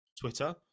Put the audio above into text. twitter